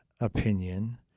opinion